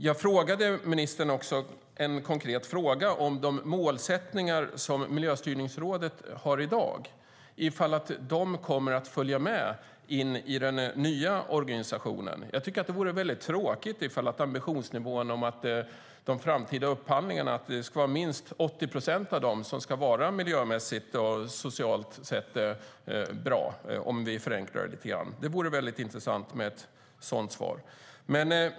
Jag ställde en konkret fråga till ministern om de målsättningar som Miljöstyrningsrådet har i dag och om de kommer att följa med in i den nya organisationen. Jag tycker att det vore intressant att få svar på om ambitionsnivån ska vara att minst 80 procent av de framtida upphandlingarna ska vara miljömässigt och socialt bra, om vi förenklar det lite grann.